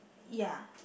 ya